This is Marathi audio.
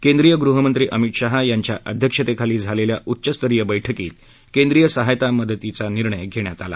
केंद्रीय गृहमंत्री अमित शाह यांच्या अध्यक्षतेखाली झालेल्या उच्चस्तरीय बैठकीत केंद्रीय सहायता मदतीचा निर्णय घेण्यात आला